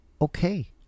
okay